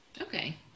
Okay